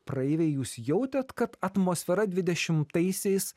praeiviai jūs jautėte kad atmosfera dvidešimtaisiais